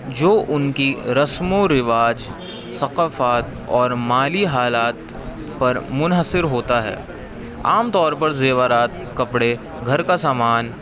جو ان کی رسم و رواج ثقافت اور مالی حالات پر منحصر ہوتا ہے عام طور پر زیورات کپڑے گھر کا سامان